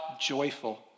joyful